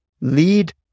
lead